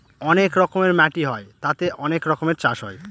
অনেক রকমের মাটি হয় তাতে অনেক রকমের চাষ হয়